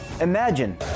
Imagine